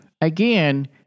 Again